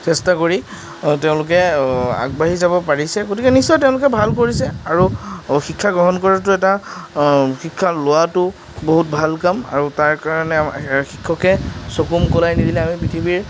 চেষ্টা কৰি তেওঁলোকে আগবাঢ়ি যাব পাৰিছে গতিকে নিশ্চয় তেওঁলোকে ভাল কৰিছে আৰু অঁ শিক্ষা গ্ৰহণ কৰাটো এটা শিক্ষা লোৱাটো বহুত ভাল কাম আৰু তাৰ কাৰণে শিক্ষকে চকু মোকলাই নিদিলে আমি পৃথিৱীৰ